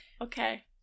Okay